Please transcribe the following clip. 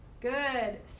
Good